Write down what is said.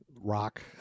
Rock